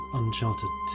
uncharted